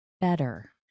better